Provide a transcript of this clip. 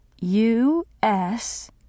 U-S